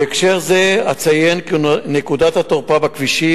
בהקשר זה אציין כי נקודות תורפה בכבישים